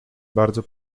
bardzo